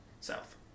South